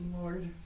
Lord